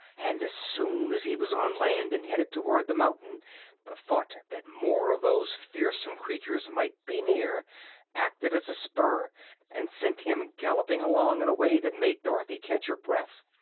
and as soon as he was on land and headed toward the mountain the thought that more of those fearsome creatures might be near acted as a spur and sent him galloping along in a way that made dorothy catch her breath.